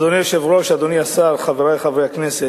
אדוני היושב-ראש, אדוני השר, חברי חברי הכנסת,